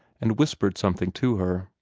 and whispered something to her.